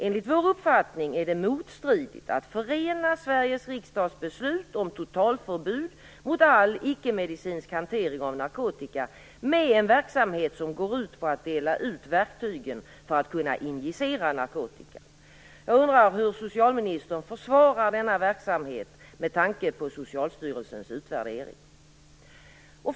Enligt vår uppfattning är det motstridigt att förena Sveriges riksdags beslut om totalförbud mot all icke-medicinsk hantering av narkotika med en verksamhet som går ut på att dela ut verktygen för att kunna injicera narkotika. Jag undrar hur socialministern försvarar denna verksamhet med tanke på Socialstyrelsens utvärdering.